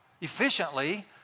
efficiently